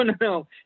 no